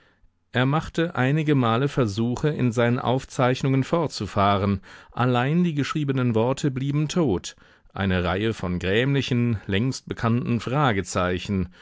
er machte einige male versuche in seinen aufzeichnungen fortzufahren allein die geschriebenen worte blieben tot eine reihe von grämlichen längst bekannten